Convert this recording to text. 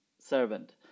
servant